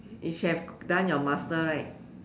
you should have done your master right